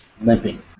limping